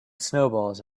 snowballs